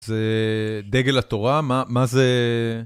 זה דגל התורה? מה... מה זה?